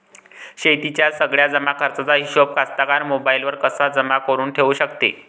शेतीच्या सगळ्या जमाखर्चाचा हिशोब कास्तकार मोबाईलवर कसा जमा करुन ठेऊ शकते?